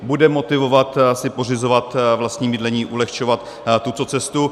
Bude motivovat si pořizovat vlastní bydlení, ulehčovat tuto cestu.